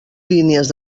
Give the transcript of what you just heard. línies